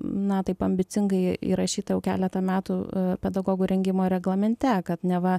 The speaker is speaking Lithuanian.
na taip ambicingai įrašyta jau keleta metų pedagogų rengimo reglamente kad neva